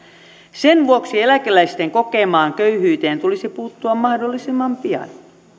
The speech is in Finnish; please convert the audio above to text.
sen vuoksi eläkeläisten kokemaan köyhyyteen tulisi puuttua mahdollisimman pian